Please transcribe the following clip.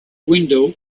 window